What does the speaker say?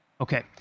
Okay